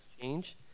change